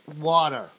water